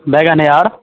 बैंगन और